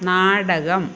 നാടകം